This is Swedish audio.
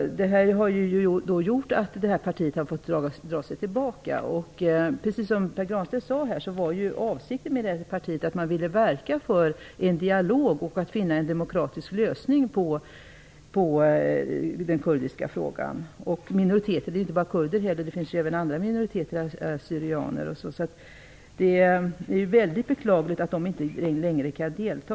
Det här har gjort att partiet har fått dra sig tillbaka. Precis som Pär Granstedt sade var partiets avsikt att verka för en dialog och att finna en demokratisk lösning på det problem som rör den kurdiska minoriteten -- det finns ju dessutom andra minoriteter förutom kurderna, exempelvis assyrier. Det är väldigt beklagligt att partiet inte längre kan delta.